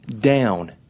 down